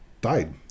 died